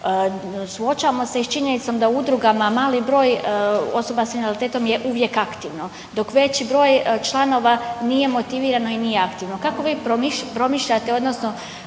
Suočavamo se i s činjenicom da u udrugama mali broj osoba s invaliditetom je uvijek aktivno, dok veći broj članova nije motivirano i nje aktivno. Kako vi promišljate odnosno